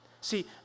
See